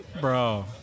Bro